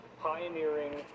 pioneering